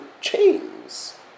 chains